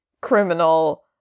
criminal